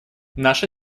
наша